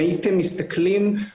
אחרי זה אתייחס למה שאמרת על הביקור